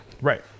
Right